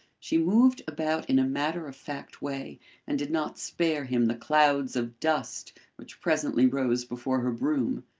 she moved about in a matter-of-fact way and did not spare him the clouds of dust which presently rose before her broom.